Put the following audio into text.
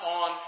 on